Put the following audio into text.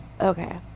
Okay